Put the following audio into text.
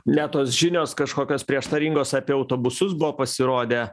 net tos žinios kažkokios prieštaringos apie autobusus buvo pasirodę